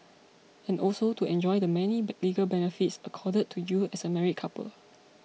and also to enjoy the many legal benefits accorded to you as a married couple